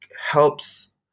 helps